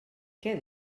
què